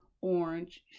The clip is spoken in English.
orange